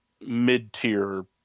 mid-tier